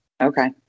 Okay